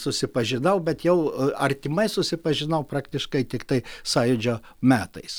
susipažinau bet jau artimai susipažinau praktiškai tiktai sąjūdžio metais